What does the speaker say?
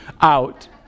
out